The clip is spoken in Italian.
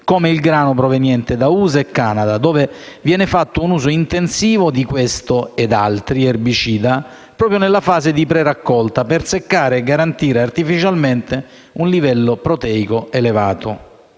come il grano proveniente da USA e Canada, dove viene fatto un uso intensivo di questo e di altri erbicidi proprio nella fase di pre-raccolta, per seccare e garantire artificialmente un livello proteico elevato.